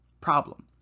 problem